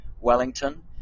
Wellington